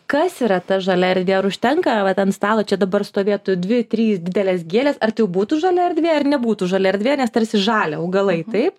kas yra ta žalia erdvė ar užtenka vat ant stalo čia dabar stovėtų dvi trys didelės gėlės ar tai jau būtų žalia erdvė ar nebūtų žalia erdvė nes tarsi žalia augalai taip